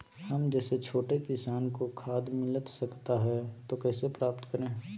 हम जैसे छोटे किसान को खाद मिलता सकता है तो कैसे प्राप्त करें?